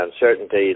uncertainty